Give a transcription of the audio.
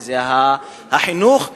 אם החינוך.